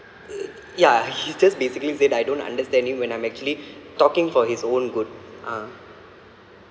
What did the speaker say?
uh ya he just basically said I don't understand him when I'm actually talking for his own good ah